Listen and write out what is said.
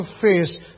face